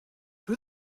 who